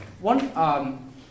One